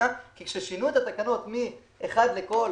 כששינו את התקנות מ-1 לכל